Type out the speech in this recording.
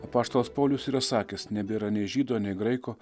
apaštalas paulius yra sakęs nebėra nei žydo nei graiko